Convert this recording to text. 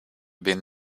been